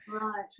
right